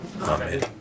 Amen